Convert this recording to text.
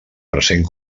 present